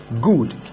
Good